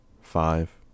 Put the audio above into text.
five